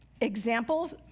examples